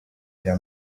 bya